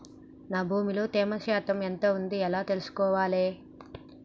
నా భూమి లో తేమ శాతం ఎంత ఉంది ఎలా తెలుసుకోవాలే?